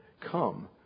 Come